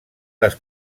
les